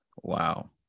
Wow